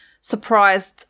surprised